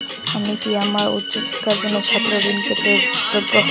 আমি কি আমার উচ্চ শিক্ষার জন্য ছাত্র ঋণের জন্য যোগ্য?